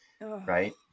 right